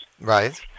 Right